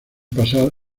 pasar